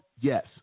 Yes